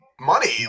money